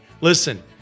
Listen